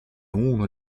uno